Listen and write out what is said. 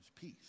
peace